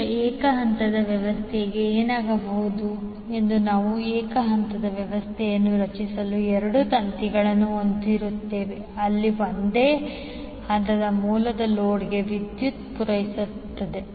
ಈಗ ಏಕ ಹಂತದ ವ್ಯವಸ್ಥೆಯು ಏನಾಗಬಹುದು ಎಂದು ನಾವು ಏಕ ಹಂತದ ವ್ಯವಸ್ಥೆಯನ್ನು ರಚಿಸಲು ಎರಡು ತಂತಿಗಳನ್ನು ಹೊಂದಿರುತ್ತೇವೆ ಅಲ್ಲಿ ಒಂದೇ ಹಂತದ ಮೂಲವು ಲೋಡ್ಗೆ ವಿದ್ಯುತ್ ಪೂರೈಸುತ್ತದೆ